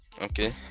okay